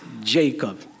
Jacob